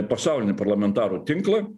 pasaulinį parlamentarų tinklą